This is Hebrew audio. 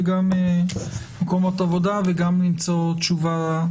גם במקומות עבודה וגם למצוא תשובה,